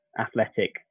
athletic